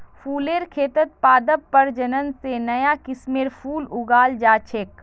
फुलेर खेतत पादप प्रजनन स नया किस्मेर फूल उगाल जा छेक